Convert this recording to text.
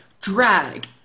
drag